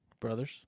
Brothers